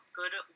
good